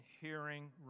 hearing